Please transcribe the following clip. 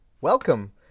Welcome